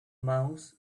mouse